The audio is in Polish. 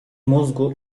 mózgu